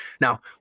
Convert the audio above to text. Now